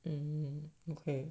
um okay